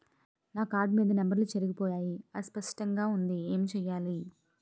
నా కార్డ్ మీద నంబర్లు చెరిగిపోయాయి అస్పష్టంగా వుంది ఏంటి చేయాలి?